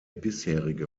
bisherige